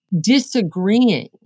disagreeing